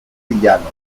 villanos